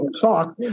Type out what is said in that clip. talk